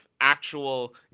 actual